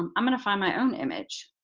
um i'm going to find my own image.